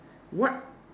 what